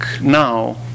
now